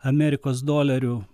amerikos dolerių